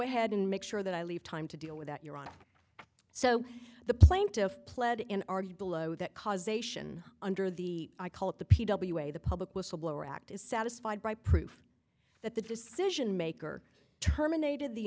ahead and make sure that i leave time to deal with that you're on so the plaintiff pled in below that causation under the i call it the p w a the public whistleblower act is satisfied by proof that the decision maker terminated the